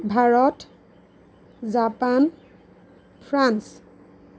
Bharat Japan France